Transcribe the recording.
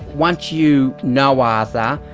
once you know arthur,